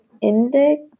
index